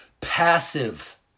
Passive